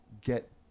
get